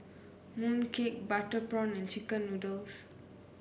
mooncake Butter Prawn and chicken noodles